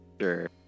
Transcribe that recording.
Sure